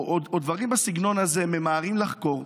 או דברים בסגנון הזה, ממהרים לחקור,